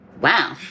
wow